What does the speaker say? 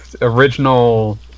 original